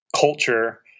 culture